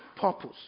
purpose